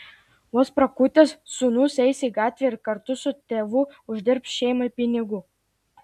vos prakutęs sūnus eis į gatvę ir kartu su tėvu uždirbs šeimai pinigų